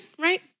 right